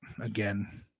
again